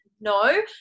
No